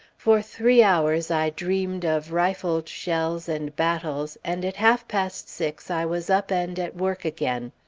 for three hours i dreamed of rifled shells and battles, and at half-past six i was up and at work again.